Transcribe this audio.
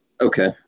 okay